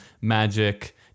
Magic